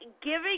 giving